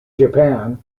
japan